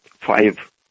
Five